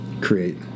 create